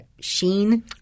Sheen